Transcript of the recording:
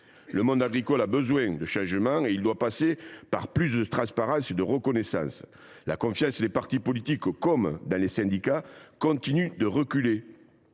Le monde agricole a besoin de changement, et celui ci doit passer par plus de transparence et de reconnaissance. La confiance dans les partis politiques comme dans les syndicats continue de reculer,